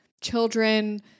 children